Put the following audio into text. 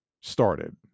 started